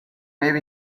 maybe